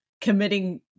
committing